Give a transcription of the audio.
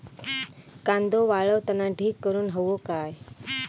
कांदो वाळवताना ढीग करून हवो काय?